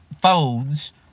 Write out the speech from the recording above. phones